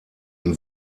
ihm